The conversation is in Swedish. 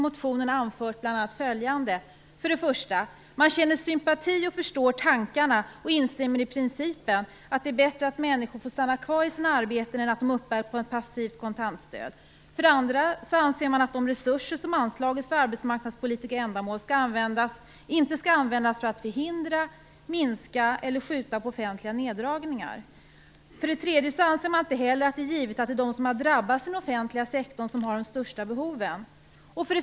Man känner sympati och förstår tankarna och instämmer i principen att det är bättre att människor får stanna kvar i sina arbeten än att de uppbär passivt kontantstöd. 2. Man anser att de resurser som anslagits för arbetsmarknadspolitiska åtgärder inte skall användas för att förhindra, minska eller skjuta på offentliga neddragningar. 3. Man anser inte heller att det är givet att det är de som drabbats i den offentliga sektorn som har de största behoven.